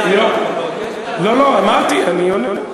לא לא, אמרתי, אני עונה.